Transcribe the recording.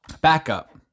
backup